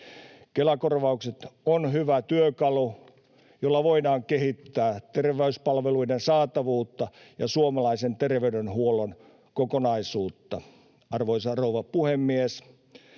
Kela-korvaukset ovat hyvä työkalu, jolla voidaan kehittää terveyspalveluiden saatavuutta ja suomalaisen terveydenhuollon kokonaisuutta. Arvoisa rouva puhemies!